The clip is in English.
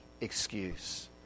excuse